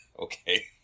Okay